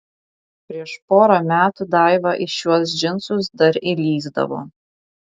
prieš porą metų daiva į šiuos džinsus dar įlįsdavo